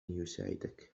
يساعدك